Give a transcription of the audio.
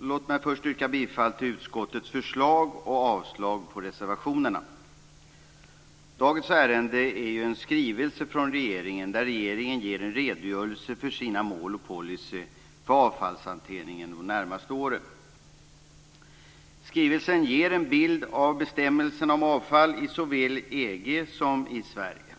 Låt mig först yrka bifall till utskottets förslag och avslag på reservationerna. Dagens ärende är en skrivelse från regeringen där regeringen ger en redogörelse för sina mål och policy för avfallshanteringen de närmaste åren. Skrivelsen ger en bild av bestämmelserna om avfall i såväl EU som i Sverige.